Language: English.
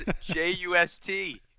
J-U-S-T